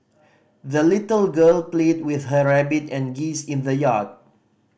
the little girl played with her rabbit and geese in the yard